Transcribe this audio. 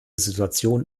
situation